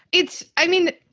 it's i mean,